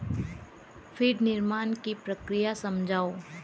feed निर्माण की प्रक्रिया समझाओ